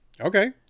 okay